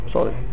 Sorry